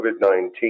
COVID-19